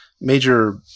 major